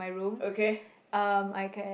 okay